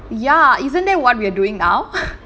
ya isn't that what we are doing now